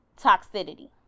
toxicity